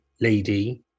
lady